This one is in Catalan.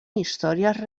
històries